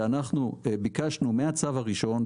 כשאנחנו ביקשנו מהצו הראשון,